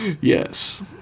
Yes